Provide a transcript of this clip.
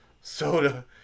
soda